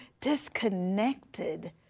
disconnected